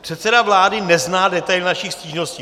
Předseda vlády nezná detaily našich stížností.